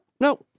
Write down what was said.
no